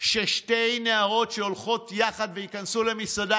ששתי נערות ילכו יחד וייכנסו למסעדה,